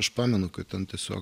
aš pamenu kad ten tiesiog